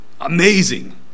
amazing